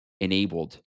enabled